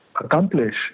accomplish